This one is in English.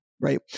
right